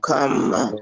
Come